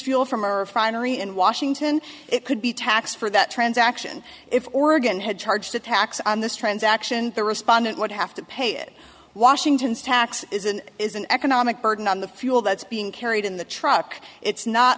fuel from our primary in washington it could be taxed for that transaction if oregon had charged a tax on this transaction the respondent would have to pay it washington's tax is and is an economic burden on the fuel that's being carried in the truck it's not